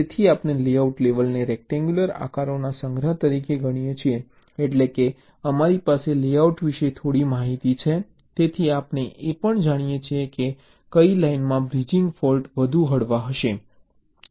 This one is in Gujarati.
તેથી આપણે લેઆઉટ લેવલને રેક્ટેન્ગ્યુલર આકારોના સંગ્રહ તરીકે ગણીએ છીએ એટલે કે અમારી પાસે લેઆઉટ વિશે થોડી માહિતી છે તેથી આપણે એ પણ જાણીએ છીએ કે કઇ લાઇનમાં બ્રિજિંગ ફોલ્ટ વધુ હળવા છે